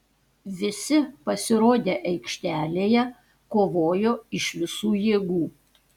visi pasirodę aikštelėje kovojo iš visų jėgų